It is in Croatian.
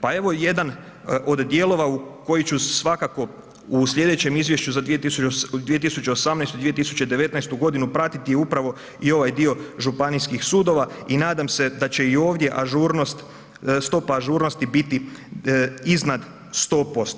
Pa evo jedan od dijelova u koji ću se svakako u slijedećem izvješću za 2018., 2019. godinu pratiti je upravo i ovaj dio županijskih sudova i nadam se da će i ovdje ažurnost, stopa ažurnosti biti iznad 100%